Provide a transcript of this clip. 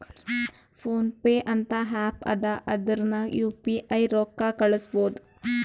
phone pay ಅಂತ app ಅದಾ ಅದುರ್ನಗ್ ಯು ಪಿ ಐ ರೊಕ್ಕಾ ಕಳುಸ್ಬೋದ್